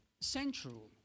central